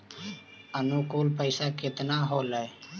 अनुकुल पैसा केतना होलय